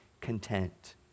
content